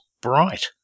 bright